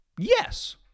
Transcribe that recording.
Yes